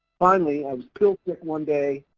finally, i was pill sick one day,